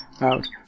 out